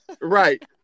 Right